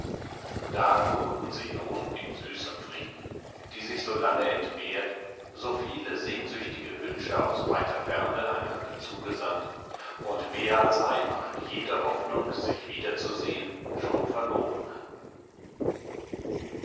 da ruhten sie nun in süßem frieden die sich so lange entbehrt so viele sehnsüchtige wünsche aus weiter ferne einander zugesandt und mehr als einmal jede hoffnung sich wiederzusehen schon verloren hatten